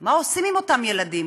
מה עושים עם אותם ילדים.